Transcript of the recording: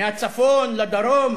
מהצפון לדרום,